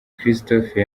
christopher